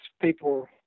people